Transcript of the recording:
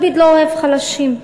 לפיד לא אוהב חלשים.